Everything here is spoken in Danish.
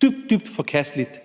det er dybt, dybt forkasteligt.